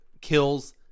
kills